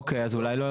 אוקיי, אז אולי לא.